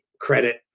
credit